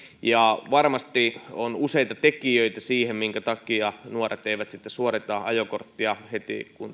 varmasti on useita tekijöitä siihen minkä takia nuoret eivät sitten suorita ajokorttia heti kun